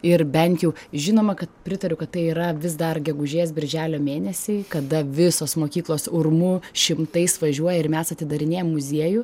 ir bent jau žinoma kad pritariu kad tai yra vis dar gegužės birželio mėnesiai kada visos mokyklos urmu šimtais važiuoja ir mes atidarinėjam muziejų